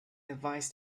advise